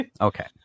okay